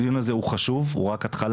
הדיון הזה הוא חשוב, הוא רק התחלה,